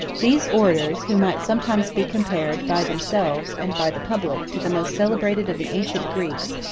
these orators, who might sometimes be compared, by themselves, and by the public, to the most celebrated of the ancient greeks,